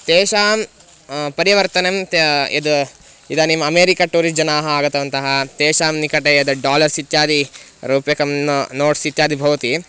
तेषां परिवर्तनं यद् इदानीम् अमेरिका टूरिस्ट् जनाः आगतवन्तः तेषां निकटे यद् डालर्स् इत्यादि रूप्यकं नोट्स् इत्यादयः भवन्ति